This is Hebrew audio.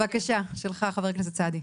אוסאמה, בבקשה, שלך חבר הכנסת סעדי.